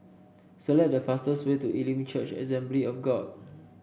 select the fastest way to Elim Church Assembly of God